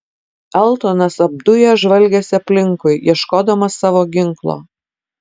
eltonas apdujęs žvalgėsi aplinkui ieškodamas savo ginklo